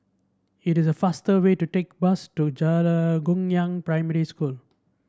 it is the faster way to take bus to Guangyang Primary School